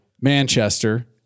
Manchester